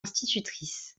institutrice